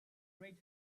great